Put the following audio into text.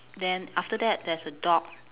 then after that there's a dog